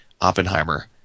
Oppenheimer